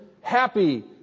happy